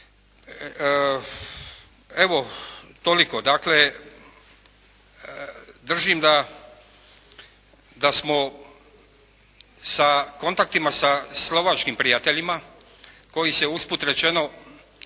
Evo, toliko. Dakle, držim da, da smo sa kontaktima sa slovačkim prijateljima koji se, usput rečeno,